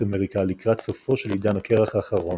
אמריקה לקראת סופו של עידן הקרח האחרון.